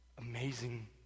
amazing